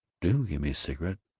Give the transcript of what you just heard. do give me a cigarette.